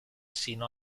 sino